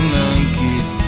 monkeys